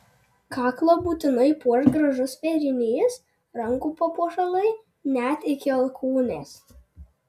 kaklą būtinai puoš gražus vėrinys rankų papuošalai net iki alkūnės